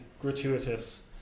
gratuitous